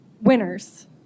winners